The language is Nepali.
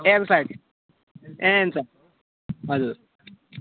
एम साइज एम साइज हजुर